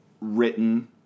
written